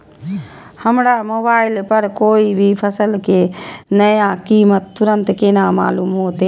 हमरा मोबाइल पर कोई भी फसल के नया कीमत तुरंत केना मालूम होते?